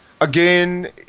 again